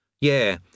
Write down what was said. Yeah